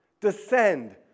descend